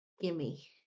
gimme